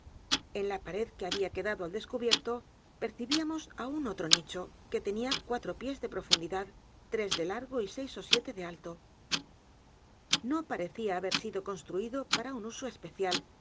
en la pared que había quedado al descubierto percibíamos aún otro nicho que tenía cuatro pies de profundidad t r e s de largo y seis ó siete de alto no parecía haber sido construido p a r a un uso especial